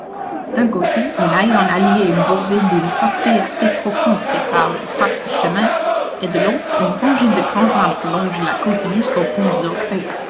d'un côté une haie en hallier bordée d'un fossé assez profond sépare le parc du chemin et de l'autre une rangée de grands arbres longe la côte jusqu'au pont